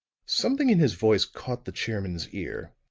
something in his voice caught the chairman's ear.